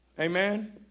Amen